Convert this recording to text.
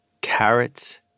carrots